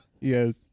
Yes